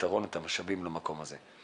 פתרון ומשאבים למקום הזה.